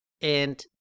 And-